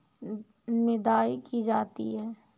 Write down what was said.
निदाई की जाती है?